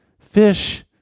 Fish